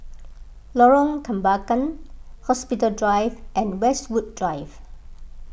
Lorong Kembangan Hospital Drive and Westwood Drive